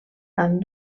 amb